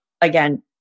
again